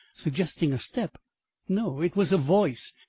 suggesting a step no, it was a voice,